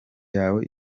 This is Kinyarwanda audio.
yawe